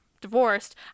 divorced